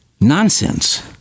nonsense